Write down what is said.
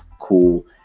cool